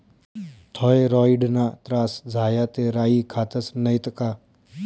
थॉयरॉईडना त्रास झाया ते राई खातस नैत का